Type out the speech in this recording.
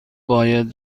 باید